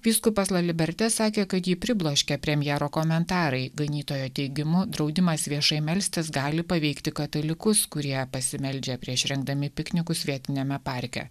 vyskupas la liberte sakė kad jį pribloškė premjero komentarai ganytojo teigimu draudimas viešai melstis gali paveikti katalikus kurie pasimeldžia prieš rengdami piknikus vietiniame parke